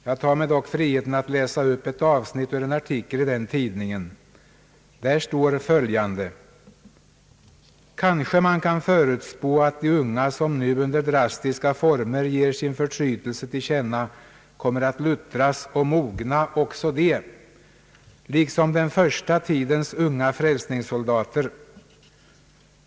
Jag tar mig dock friheten att läsa upp ett avsnitt ur en artikel i den tidningen. Där står följande: »Kanske man kan förutspå att de unga, som nu under drastiska former ger sin förtrytelse till känna, kommer att luttras och mogna också de, liksom den första tidens unga frälsningssoldater.